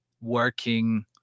working